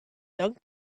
dunk